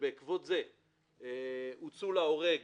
שבעקבות זה הוצאו להורג